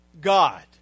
God